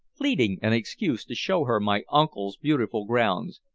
pleading an excuse to show her my uncle's beautiful grounds,